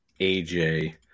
AJ